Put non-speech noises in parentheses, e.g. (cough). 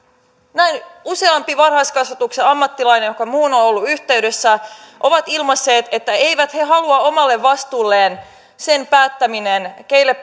näin useampi varhaiskasvatuksen ammattilainen joka minuun on ollut yhteydessä on ilmaissut että eivät he halua omalle vastuulleen sen päättämistä keille (unintelligible)